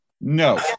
No